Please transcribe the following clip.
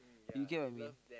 you get what I mean